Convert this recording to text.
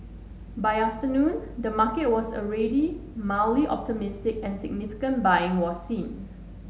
by afternoon the market was already mildly optimistic and significant buying was seen